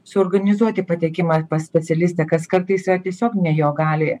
suorganizuoti patekimą pas specialistą kas kartais yra tiesiog ne jo galioje